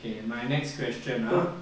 okay my next question ah